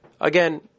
again